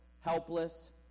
helpless